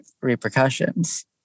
repercussions